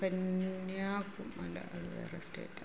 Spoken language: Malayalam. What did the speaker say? കന്യാകുമ അല്ല അതു വേറെ സ്റ്റേറ്റാണ്